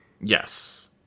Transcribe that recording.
Yes